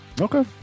Okay